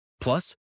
Plus